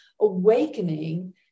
awakening